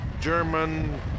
German